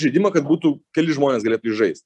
žaidimą kad būtų keli žmonės galėtų jį žaist